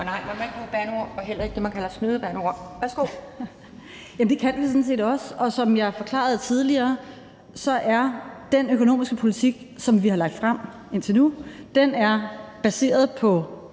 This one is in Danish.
Og nej, man må ikke bruge bandeord – heller ikke det, man kalder snydebandeord. Værsgo. Kl. 17:50 Pernille Vermund (NB): Det kan vi sådan set også, og som jeg forklarede tidligere, er den økonomiske politik, som vi har lagt frem indtil nu, lagt frem i